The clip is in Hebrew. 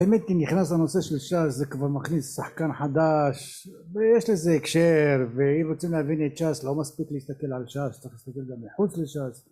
באמת כי נכנס לנושא של שס זה כבר מכניס שחקן חדש, ויש לזה הקשר. ואם רוצים להבין את שס לא מספיק להסתכל על שס. צריך להסתכל גם מחוץ לשס